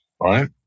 right